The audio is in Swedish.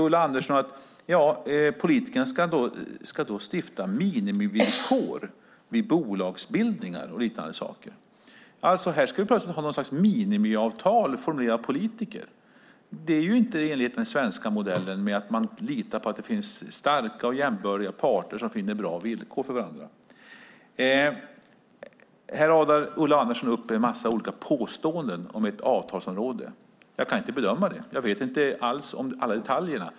Ulla Andersson säger att politikerna ska stifta minimivillkor vid bolagsbildningar och liknande. Här ska vi plötsligt ha något slags minimiavtal formulerade av politiker. Det är inte i enlighet med den svenska modellen, att man litar på att det finns starka och jämbördiga parter som finner bra villkor för varandra. Här radar Ulla Andersson upp en massa olika påståenden om ett avtalsområde. Jag kan inte bedöma dem. Jag känner inte till alla detaljerna.